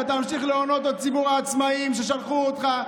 ואתה ממשיך להונות את ציבור העצמאים ששלחו אותך.